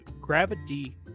gravity